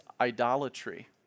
idolatry